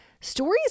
stories